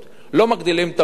לא מגדילים את המלאי,